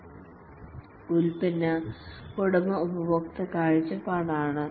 product ഉടമയ്ക് ഉപഭോക്തൃ കാഴ്ചപ്പാട് ഉണ്ട്